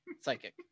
psychic